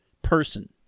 person